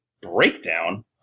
breakdown